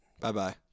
Bye-bye